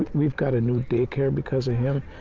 we've got a new daycare because of him.